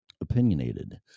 opinionated